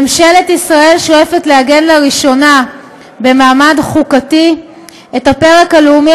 ממשלת ישראל שואפת לעגן לראשונה במעמד חוקתי את הפרק הלאומי,